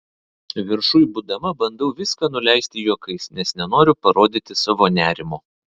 viršuj būdama bandau viską nuleisti juokais nes nenoriu parodyti savo nerimo